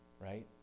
right